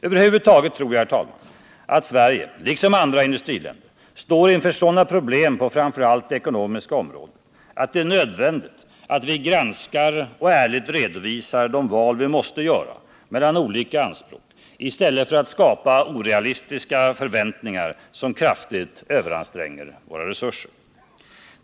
Över huvud taget, herr talman, tror jag Sverige, liksom andra industriländer, står inför sådana problem på framför allt det ekonomiska området att det är nödvändigt att vi granskar och ärligt redovisar de val vi måste göra mellan olika anspråk i stället för att skapa orealistiska förväntningar som kraftigt överanstränger våra resurser.